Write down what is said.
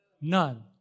None